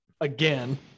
again